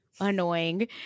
Annoying